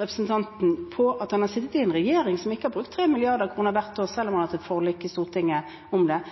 representanten på at han har sittet i en regjering som ikke brukte 3 mrd. kr hvert år, selv om man hadde et forlik i Stortinget om det,